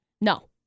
no